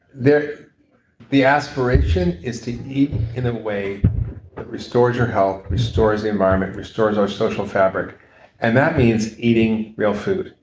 the aspiration is to eat in a way that restores your health, restores the environment, restores our social fabric and that means eating real food.